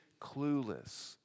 clueless